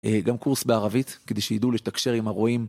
גם קורס בערבית, כדי שיידעו להתקשר עם הרועים.